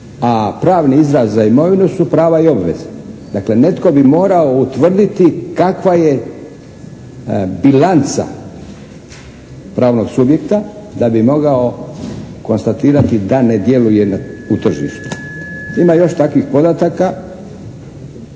a pravni izraz za imovinu su prava i obveze. Dakle netko bi morao utvrditi kakva je bilanca pravnog subjekta da bi mogao konstatirati da ne djeluje u tržištu. Ima još takvih podataka,